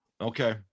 Okay